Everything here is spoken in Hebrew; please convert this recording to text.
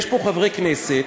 יש פה חברי כנסת,